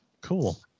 Cool